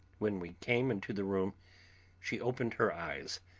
when we came into the room she opened her eyes,